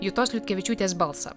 jutos liutkevičiūtės balsą